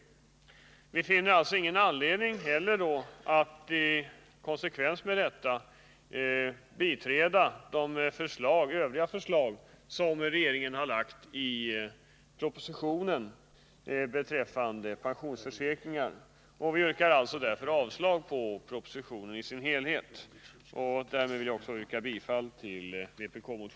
I konsekvens med detta finner vi ingen anledning att biträda de övriga förslag beträffande pensionsförsäkringar som regeringen har lagt fram i propositionen. Jag vill alltså yrka bifall till vpk-motionen, vilket innebär avslag på propositionen i dess helhet.